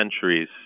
centuries